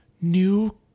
new